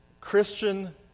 Christian